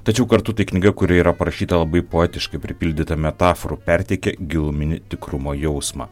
tačiau kartu tai knyga kuri yra parašyta labai poetiškai pripildyta metaforų perteikia giluminį tikrumo jausmą